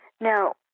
Now